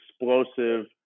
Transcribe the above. explosive